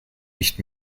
nicht